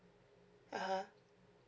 uh !huh!